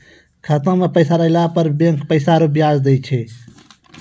खाता मे पैसा रहला पर बैंक पैसा रो ब्याज दैय छै